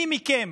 מי מכם